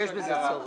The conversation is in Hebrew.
יש בזה צורך.